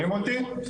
שומעים אותי?